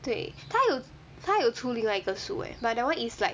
对他有他有出另外一个书 eh but that [one] is like